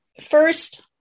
First